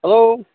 hello